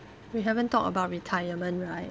we haven't talk about retirement right